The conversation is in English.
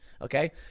Okay